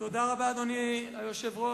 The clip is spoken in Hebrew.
תודה רבה, אדוני היושב-ראש.